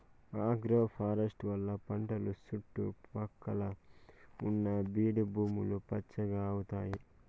agroforestry వల్ల పంటల సుట్టు పక్కల ఉన్న బీడు భూములు పచ్చగా అయితాయి